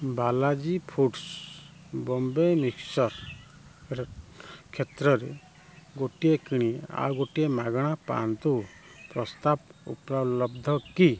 Balaji foods Bombay mixture କ୍ଷେତ୍ରରେ ଗୋଟିଏ କିଣି ଆଉ ଗୋଟିଏ ମାଗଣା ପାଆନ୍ତୁ ପ୍ରସ୍ତାବ ଉପଲବ୍ଧ କି